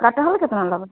कठहल केतना लेबै